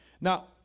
Now